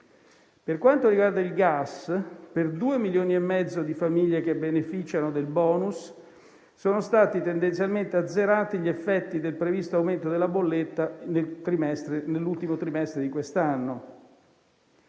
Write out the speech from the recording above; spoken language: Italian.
Per quanto riguarda il gas, per due milioni e mezzo di famiglie che beneficiano del *bonus*, sono stati tendenzialmente azzerati gli effetti del previsto aumento della bolletta nell'ultimo trimestre di quest'anno.